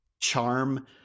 charm